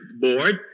board